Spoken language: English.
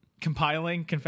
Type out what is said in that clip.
compiling